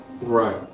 right